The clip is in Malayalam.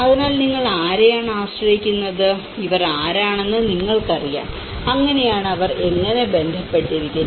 അതിനാൽ നിങ്ങൾ ആരെയാണ് കൂടുതൽ ആശ്രയിക്കുന്നത് ഇവർ ആരാണെന്ന് നിങ്ങൾക്കറിയാം അങ്ങനെയാണ് അവർ എങ്ങനെ ബന്ധപ്പെട്ടിരിക്കുന്നു